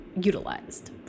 utilized